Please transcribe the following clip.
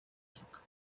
алга